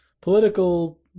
political